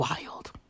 wild